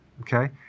okay